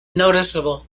noticeable